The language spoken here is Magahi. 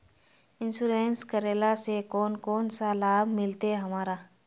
इंश्योरेंस करेला से कोन कोन सा लाभ मिलते हमरा?